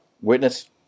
witness